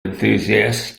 enthusiasts